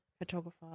photographer